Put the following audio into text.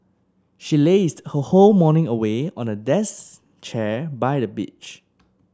she lazed her whole morning away on a chair by the beach